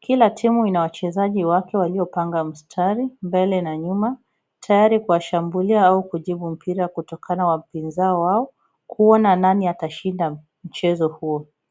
kila timu ina wachezaji wake waliopanga mstari mbele na nyuma, tayari kwa kuwashambulia au kujibu mpira kutoka kwa wapinzani wao, kuona nani atashinda mchezo huo.